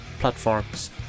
platforms